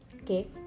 Okay